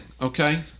okay